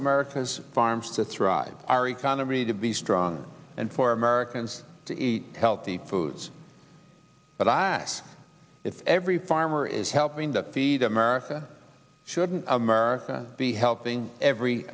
america's farmers to thrive our economy to be strong and for americans to eat healthy foods but i ask if every farmer is helping to feed america shouldn't america be helping every